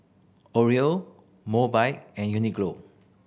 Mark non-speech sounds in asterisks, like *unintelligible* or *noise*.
Oreo Mobike and *unintelligible*